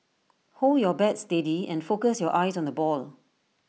hold your bat steady and focus your eyes on the ball